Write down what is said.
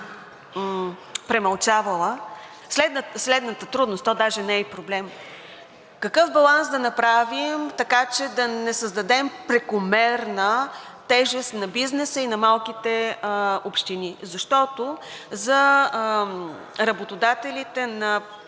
премълчавала, следната трудност, то даже не е и проблем, е какъв баланс да направим, така че да не създадем прекомерна тежест на бизнеса и на малките общини. Защото за работодателите в